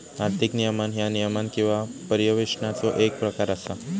आर्थिक नियमन ह्या नियमन किंवा पर्यवेक्षणाचो येक प्रकार असा